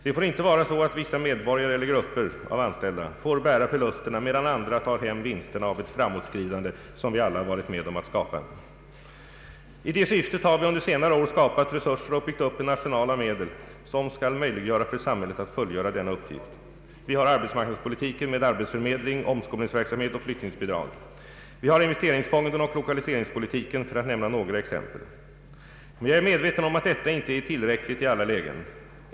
Det får inte vara så att vissa medborgare eller grupper av anställda får bära förlusterna medan andra tar hem vinsterna av ett framåtskridande som vi alla varit med att skapa. I det syftet har vi under senare år skapat resurser och byggt upp en arsenal av medel som skall möjliggöra för samhället att fullgöra denna uppgift. Vi har arbetsmarknadspolitiken med arbetsförmedling, omskolningsverksamhet och flyttningsbidrag, vi har investeringsfonderna och lokaliseringspolitiken för att nämna några exempel. Men jag är medveten om att detta inte är tillräckligt i alla lägen.